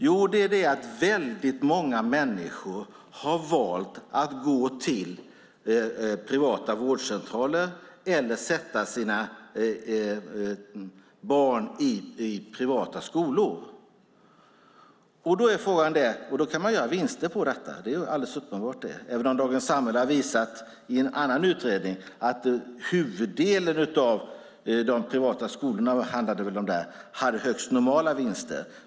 Jo, det är att väldigt många människor har valt att gå till privata vårdcentraler eller sätta sina barn i privata skolor. Man kan göra vinster på detta. Det är alldeles uppenbart även om Dagens Samhälle i en annan utredning har visat att huvuddelen av de privata skolorna, som det handlade om där, hade högst normala vinster.